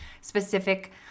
specific